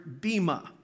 bima